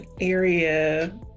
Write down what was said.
area